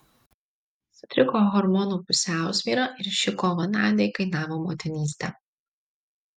sutriko hormonų pusiausvyra ir ši kova nadiai kainavo motinystę